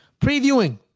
Previewing